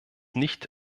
nicht